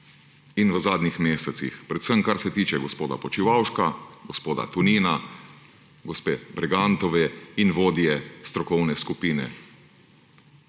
in v zadnjih mesecih, predvsem kar se tiče gospoda Počivalška, gospoda Tonina, gospe Bregantove in vodje strokovne skupine.